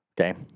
Okay